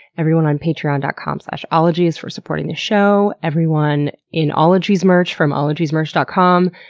everyone on patreon dot com slash ologies for supporting the show, everyone in ologies merch from ologiesmerch dot com,